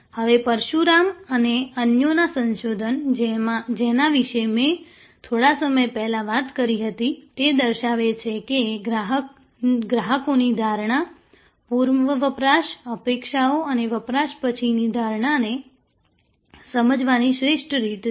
હવે પરશુરામન અને અન્યોના સંશોધન જેના વિશે મેં થોડા સમય પહેલા વાત કરી હતી તે દર્શાવે છે કે ગ્રાહકોની ધારણા પૂર્વ વપરાશ અપેક્ષાઓ અને વપરાશ પછીની ધારણાને સમજવાની શ્રેષ્ઠ રીત છે